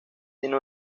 tiene